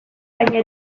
baina